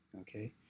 okay